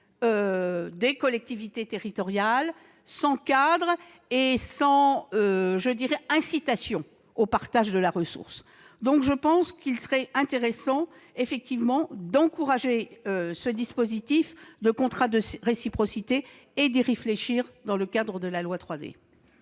des collectivités territoriales, sans cadre et sans incitation au partage de la ressource. Je le répète : il serait intéressant d'encourager ce dispositif de contrats de réciprocité et d'y réfléchir dans le cadre de la loi 3D.